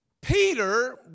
Peter